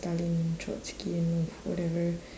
stalin trotsky and whatever